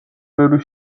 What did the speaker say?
ბევრი